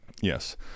yes